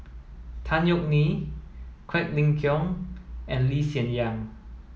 Tan Yeok Nee Quek Ling Kiong and Lee Hsien Yang